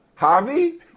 Javi